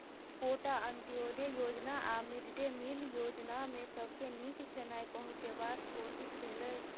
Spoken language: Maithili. कोटा, अंत्योदय योजना आ मिड डे मिल योजनामे सबके नीक खेनाइ पहुँचेबाक कोशिश भेलै